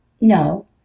No